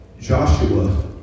Joshua